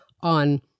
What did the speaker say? on